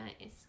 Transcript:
nice